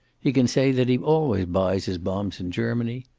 he can say that he always buys his bombs in germany.